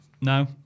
No